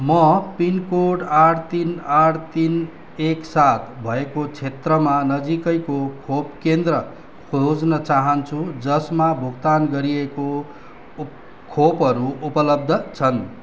म पिनकोड आठ तिन आठ तिन एक सात भएको क्षेत्रमा नजिकैको खोप केन्द्र खोज्न चाहन्छु जसमा भुक्तान गरिएको खोपहरू उपलब्ध छन्